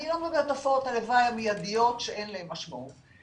אני לא מדברת על תופעות הלוואי המיידיות שאין להן משמעות,